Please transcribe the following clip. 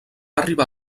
arribar